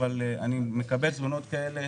אבל אני מקבל תלונות רבות כאלה.